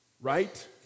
Right